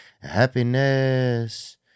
Happiness